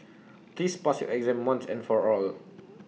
please pass your exam once and for all